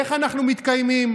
איך אנחנו מתקיימים,